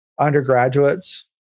undergraduates